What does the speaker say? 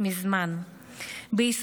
מזמן באופן רשמי.